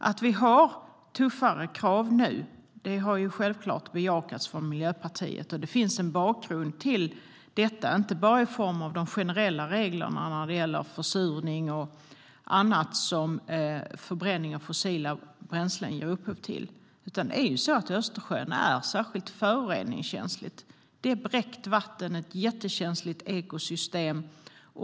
Att vi har tuffare krav nu har självklart bejakats av Miljöpartiet, och det finns en bakgrund till detta - inte bara i form av de generella reglerna när det gäller försurning och annat som förbränning av fossila bränslen ger upphov till. Östersjön är särskilt föroreningskänslig. Det är bräckt vatten och ett jättekänsligt ekosystem.